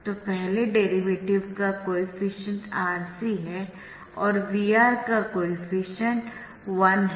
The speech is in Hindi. तो पहले डेरीवेटिव का कोएफ़िशिएंट RC है और VR का कोएफ़िशिएंट 1 है